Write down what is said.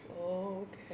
Okay